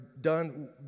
done